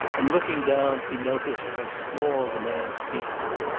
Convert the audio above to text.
and looking down he noticed how small the man's feet were,